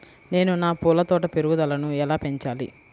నేను నా పూల తోట పెరుగుదలను ఎలా పెంచాలి?